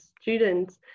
students